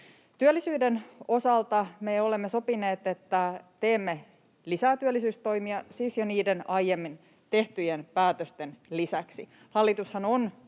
Työllisyyden osalta me olemme sopineet, että teemme lisää työllisyystoimia, siis jo niiden aiemmin tehtyjen päätösten lisäksi. Hallitushan on